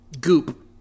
Goop